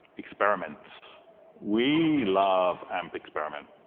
experiment we love amp-experiment.